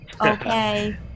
okay